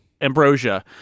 Ambrosia